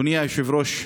אדוני היושב-ראש,